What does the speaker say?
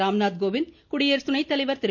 ராம்நாத் கோவிந்த் குடியரசு துணை தலைவர் திரு